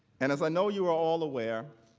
and as i know you are all aware,